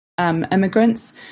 immigrants